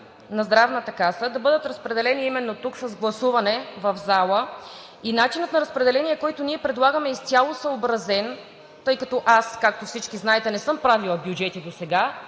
на Здравната каса да бъдат разпределени именно тук с гласуване – в залата. Начинът на разпределение, който ние предлагаме, е изцяло съобразен – тъй като аз, както всички знаете, не съм правила бюджети досега